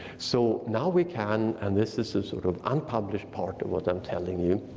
so now we can, and this is a sort of unpublished part of what i'm telling you,